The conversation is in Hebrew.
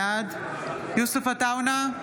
בעד יוסף עטאונה,